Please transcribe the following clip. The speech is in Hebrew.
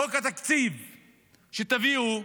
חוק התקציב שתביאו,